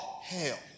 hell